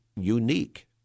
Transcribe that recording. unique